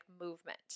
movement